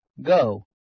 Go